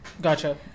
Gotcha